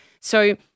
So-